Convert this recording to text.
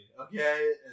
Okay